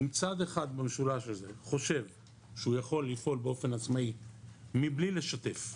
אם צד אחד במשולש הזה חושב שהוא יכול לפעול באופן עצמאי מבלי לשתף,